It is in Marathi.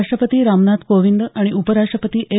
राष्ट्रपती रामनाथ कोविंद आणि उपराष्ट्रपती एम